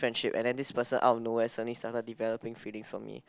friendship and then this person out of nowhere suddenly started developing feelings for me